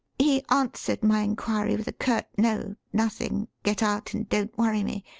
he answered my inquiry with a curt no nothing. get out and don't worry me